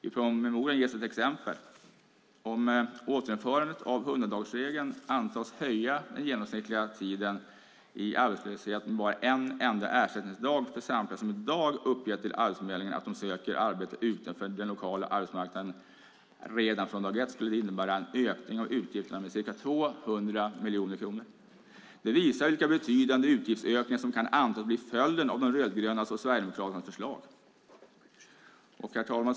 I promemorian ges ett exempel: Om återinförandet av 100-dagarsregeln antas höja den genomsnittliga tiden i arbetslöshet med bara en enda ersättningsdag för samtliga som i dag uppgett till Arbetsförmedlingen att de söker arbete utanför den lokala arbetsmarknaden redan från dag ett skulle det innebära en ökning av utgifterna med ca 200 miljoner kronor. Det visar vilka betydande utgiftsökningar som kan antas bli följden av de rödgrönas och Sverigedemokraternas förslag. Herr talman!